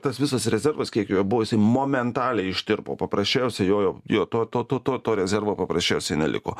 tas visas rezervas kiek jo buvo jisai momentaliai ištirpo paprasčiausia jojo jo to to to to rezervo paprasčiausiai neliko